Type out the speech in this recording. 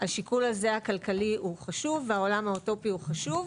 שהשיקול הזה הכלכלי הוא חשוב והעולם אוטופי הוא חשוב,